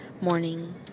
Morning